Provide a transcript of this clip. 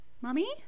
Mommy